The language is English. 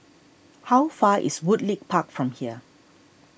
how far is Woodleigh Park from here